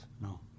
No